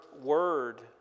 word